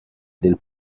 del